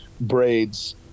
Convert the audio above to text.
braids